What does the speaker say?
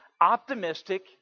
optimistic